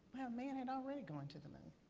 man had already gone to the moon.